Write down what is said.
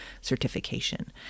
certification